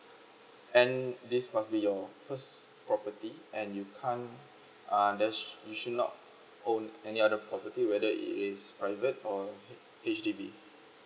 and this must be your first property and you can't uh there sh~ you should not own any other property whether it is private or H_D_B